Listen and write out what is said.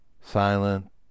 Silent